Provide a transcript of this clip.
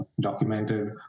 documented